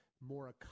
more